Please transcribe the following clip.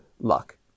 luck